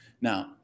Now